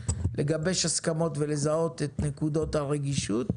לגבש הסכמות ולזהות את נקודות הרגישות.